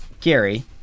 gary